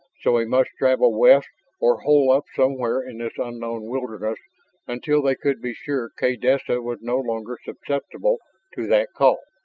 so he must travel west or hole up somewhere in this unknown wilderness until they could be sure kaydessa was no longer susceptible to that call,